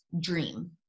dream